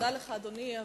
אדוני,